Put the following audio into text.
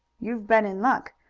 you've been in luck.